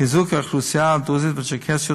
חיזוק האוכלוסייה הדרוזית והצ'רקסית,